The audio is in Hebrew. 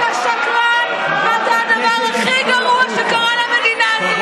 אתה שקרן ואתה הדבר הכי גרוע שקרה למדינה הזו.